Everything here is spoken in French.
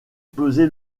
pesé